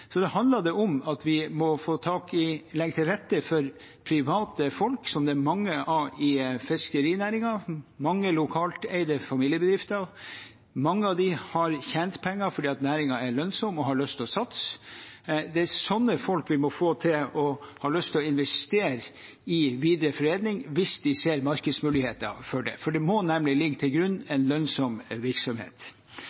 Så det handler om at vi må legge til rette for private folk, som det er mange av i fiskerinæringen, mange lokalt eide familiebedrifter. Mange av dem har tjent penger fordi næringen er lønnsom, og har lyst til å satse. Det er sånne folk vi må få til å ha lyst til å investere i videre foredling hvis de ser markedsmuligheter for det. Det må nemlig ligge til grunn